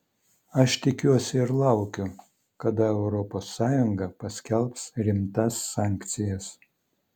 aš tikiuosi ir laukiu kada europos sąjunga paskelbs rimtas sankcijas